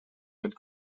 had